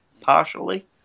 partially